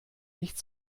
nicht